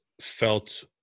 felt